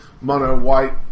mono-white